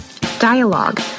Dialogue